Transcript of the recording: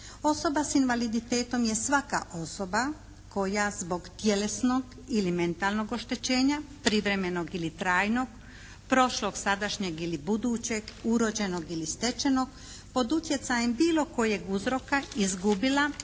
Osoba s invaliditetom je svaka osoba koja zbog tjelesnog ili mentalnog oštećenja privremenog ili trajnog, prošlog, sadašnjeg ili budućeg, urođenog ili stečenog pod utjecajem bilo kojeg uzroka izgubila